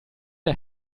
der